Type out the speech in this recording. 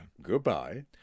Goodbye